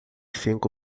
cinco